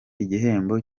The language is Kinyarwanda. igihembo